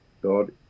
God